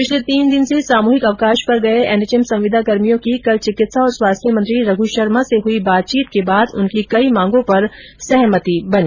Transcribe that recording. पिछले तीन दिन से सामुहिक अवकाश पर गये एनएचएम संविदा कर्मियों की कल चिकित्सा और स्वास्थ्य मंत्री रघु शर्मा से हुई बातचीत के बाद उनकी कई मांगो पर सहमति बनी